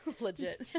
legit